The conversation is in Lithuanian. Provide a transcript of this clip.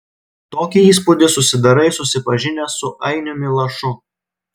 tokį įspūdį susidarai susipažinęs su ainiumi lašu